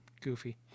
goofy